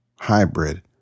hybrid